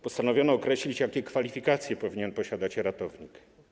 Postanowiono określić, jakie kwalifikacje powinien posiadać ratownik.